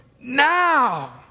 now